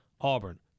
Auburn